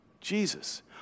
Jesus